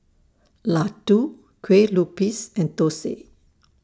Laddu Kue Lupis and Thosai